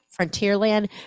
frontierland